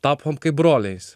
tapome kaip broliais